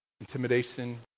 Intimidation